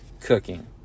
cooking